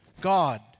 God